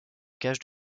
cache